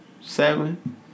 Seven